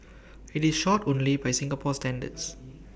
IT is short only by Singapore standards